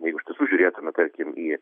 jeigu iš tiesų žiūrėtume tarkim į